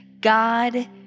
god